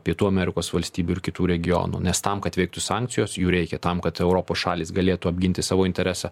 pietų amerikos valstybių ir kitų regionų nes tam kad veiktų sankcijos jų reikia tam kad europos šalys galėtų apginti savo interesą